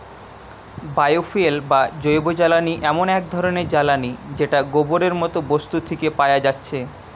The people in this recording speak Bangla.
বায়ো ফুয়েল বা জৈবজ্বালানি এমন এক ধরণের জ্বালানী যেটা গোবরের মতো বস্তু থিকে পায়া যাচ্ছে